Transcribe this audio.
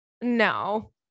No